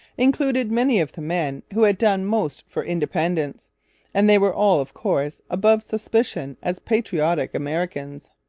included many of the men who had done most for independence and they were all, of course, above suspicion as patriotic americans.